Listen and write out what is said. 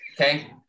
Okay